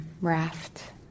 RAFT